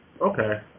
Okay